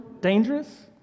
dangerous